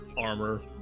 armor